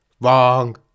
wrong